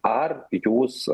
ar jūs